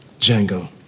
Django